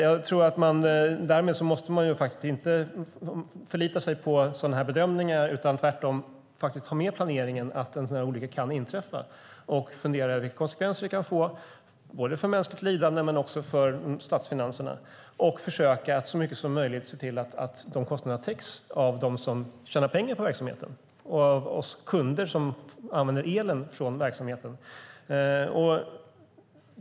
Jag tror därför inte att man ska förlita sig på dessa bedömningar utan tvärtom ha med i planeringen att en sådan olycka kan inträffa, fundera över vilka konsekvenser det kan få både i form av mänskligt lidande och för statsfinanserna och försöka att så långt möjligt se till att kostnaderna täcks av dem som tjänar pengar på verksamheten samt av oss som är kunder och använder elen från verksamheten.